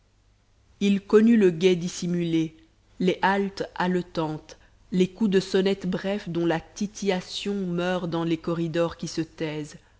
il connut le guet dissimulé les haltes haletantes les coups de sonnette brefs dont la titillation meurt dans les corridors qui se taisent